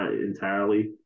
entirely